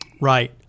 Right